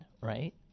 right